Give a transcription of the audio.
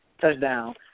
Touchdown